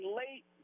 late